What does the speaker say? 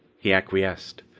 he acquiesced.